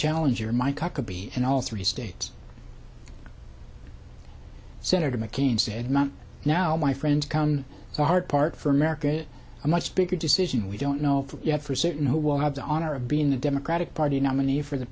challenger mike huckabee and all three states senator mccain said not now my friend the hard part for america a much bigger decision we don't know yet for certain who will have the honor of being the democratic party nominee for the